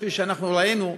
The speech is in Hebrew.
כפי שאנחנו ראינו,